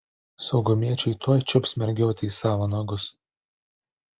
saugumiečiai tuoj čiups mergiotę į savo nagus